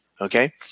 okay